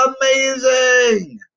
amazing